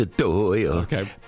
Okay